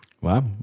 Wow